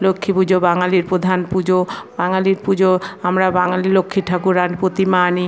লক্ষ্মী পুজো বাঙালির প্রধান পুজো বাঙালির পুজো আমরা বাঙালি লক্ষ্মী ঠাকুর আন প্রতিমা আনি